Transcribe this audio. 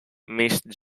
missed